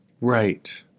Right